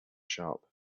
shop